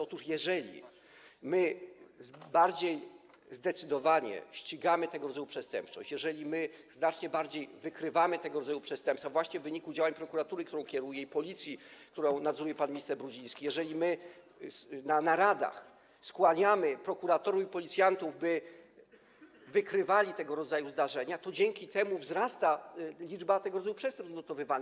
Otóż jeżeli bardziej zdecydowanie ścigamy tego rodzaju przestępczość, jeżeli znacznie lepiej wykrywamy tego rodzaju przestępstwa właśnie w wyniku działań prokuratury, którą kieruję, i Policji, którą nadzoruje pan minister Brudziński, jeżeli na naradach skłaniamy prokuratorów i policjantów, by wykrywali tego rodzaju zdarzenia, to dzięki temu wzrasta liczba odnotowywanych tego rodzaju przestępstw.